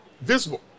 visible